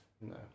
No